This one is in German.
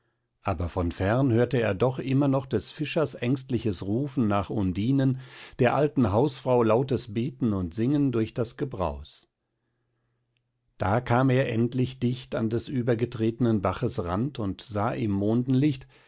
aber von fern hörte er doch immer noch des fischers ängstliches rufen nach undinen der alten hausfrau lautes beten und singen durch das gebraus da kam er endlich dicht an des übergetretnen baches rand und sah im mondenlicht